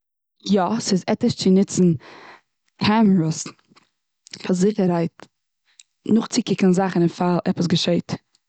יא, ס'איז עטיש צו ניצן קעמערעס פאר זיכערהייט נאך צו קוקן זאכן און פאל עפעס געשעט.